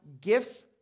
gifts